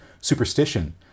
superstition